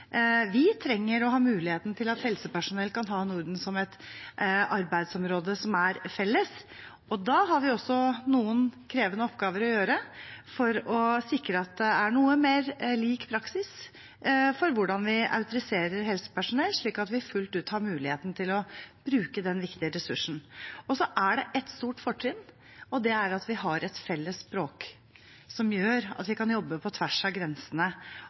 Vi trenger å gi helsepersonell muligheten til å kunne ha Norden som et felles arbeidsområde, og da har vi også noen krevende oppgaver å gjøre for å sikre at det er noe mer lik praksis for hvordan vi autoriserer helsepersonell, slik at vi har muligheten til å bruke den viktige ressursen fullt ut. Så er det et stort fortrinn, og det er at vi har et felles språk, noe som gjør at man kan jobbe på tvers av grensene